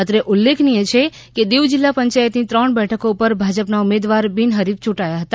અત્રે ઉલ્લેખનીય છે કે દીવ જિલ્લા પંચાયતની ત્રણ બેઠકો ઉપર ભાજપના ઉમેદવાર બિનહરીફ ચૂંટાયા હતા